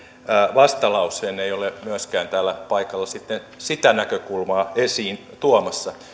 vastalauseen ei ole myöskään täällä paikalla sitä näkökulmaa esiin tuomassa